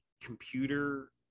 computer